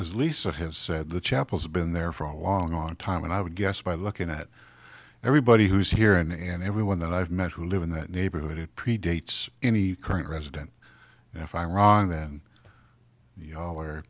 as lisa has said the chapels have been there for a long long time and i would guess by looking at everybody who's here and everyone that i've met who live in that neighborhood it predates any current president and if i'm wrong then y'all are